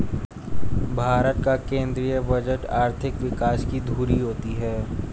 भारत का केंद्रीय बजट आर्थिक विकास की धूरी होती है